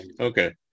okay